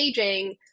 aging